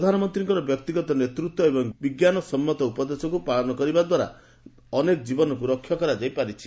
ପ୍ରଧାନମନ୍ତ୍ରୀଙ୍କ ବ୍ୟକ୍ତିଗତ ନେତୃତ୍ୱ ଏବଂ ବିଜ୍ଞାନ ସମ୍ମତ ଉପଦେଶକୁ ପାଳନ କରିବା ଦ୍ୱାରା ଅନେକ ଜୀବନ ରକ୍ଷା କରାଯାଇ ପାରିଛି